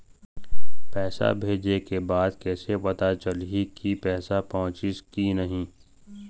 पैसा भेजे के बाद मोला कैसे पता चलही की पैसा पहुंचिस कि नहीं?